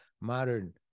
modern